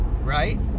Right